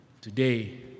today